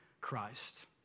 Christ